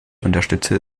unterstütze